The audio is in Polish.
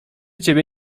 ciebie